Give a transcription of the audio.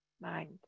mind